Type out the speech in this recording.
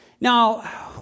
Now